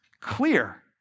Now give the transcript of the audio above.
clear